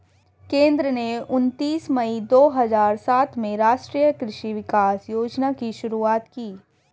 केंद्र ने उनतीस मई दो हजार सात में राष्ट्रीय कृषि विकास योजना की शुरूआत की